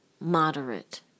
moderate